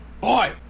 boy